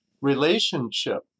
relationship